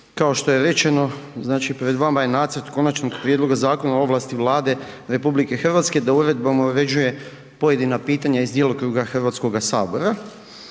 Kao što je rečeno, pred vama je nacrt Konačnog prijedloga Zakona o ovlasti Vlade Republike Hrvatske da uredbama uređuje pojedinačna pitanja iz djelokruga Hrvatskoga sabora.